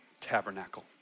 tabernacle